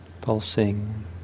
Pulsing